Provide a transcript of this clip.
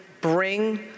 bring